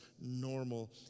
normal